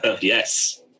Yes